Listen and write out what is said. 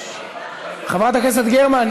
חברת הכנסת גרמן,